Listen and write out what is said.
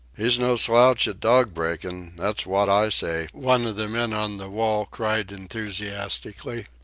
he's no slouch at dog-breakin', that's wot i say, one of the men on the wall cried enthusiastically.